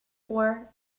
for